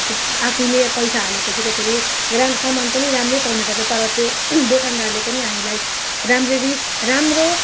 त्यो आफैले पैसा हाले पछि त फेरि सामान पनि राम्रै पाउनु पर्छ तर त्यो दोकानदारले पनि हामीलाई राम्ररी राम्रो